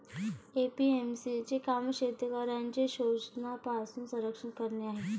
APMC चे काम शेतकऱ्यांचे शोषणापासून संरक्षण करणे आहे